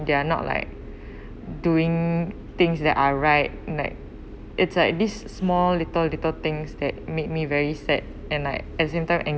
they are not like doing things that are right like it's like this small little little things that made me very sad and like as in time